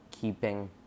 keeping